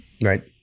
Right